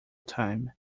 time